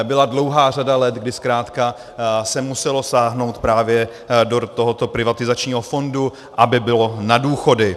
Byla dlouhá řada let, kdy se zkrátka muselo sáhnout právě do tohoto privatizačního fondu, aby bylo na důchody.